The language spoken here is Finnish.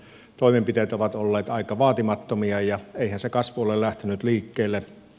toimenpiteet ovat olleet aika vaatimattomia ja eihän se kasvu ole lähtenyt liikkeelle